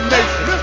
Nation